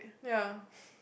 ya